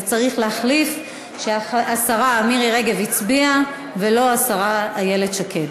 אז צריך להחליף שהשרה מירי רגב הצביעה ולא השרה איילת שקד.